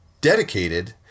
dedicated